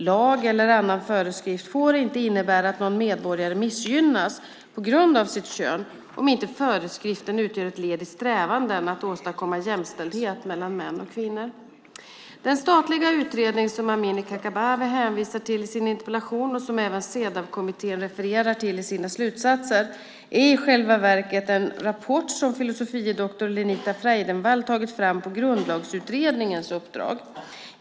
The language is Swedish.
Lag eller annan föreskrift får inte innebära att någon medborgare missgynnas på grund av sitt kön om inte föreskriften utgör ett led i strävanden att åstadkomma jämställdhet mellan män och kvinnor. Den statliga utredning som Amineh Kakabaveh hänvisar till i sin interpellation, och som även Cedawkommittén refererar till i sina slutsatser, är i själva verket en rapport som filosofie doktor Lenita Freidenvall tagit fram på Grundlagsutredningens uppdrag.